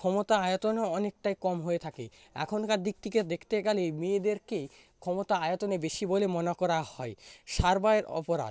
ক্ষমতা আয়তনে অনেকটা কম হয়ে থাকে এখনকার দিক থেকে দেখতে গেলে মেয়েদেরকে ক্ষমতা আয়তনে বেশি বলে মনে করা হয় সাইবার অপরাধ